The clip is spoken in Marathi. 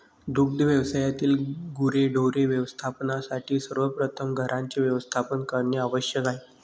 दुग्ध व्यवसायातील गुरेढोरे व्यवस्थापनासाठी सर्वप्रथम घरांचे व्यवस्थापन करणे आवश्यक आहे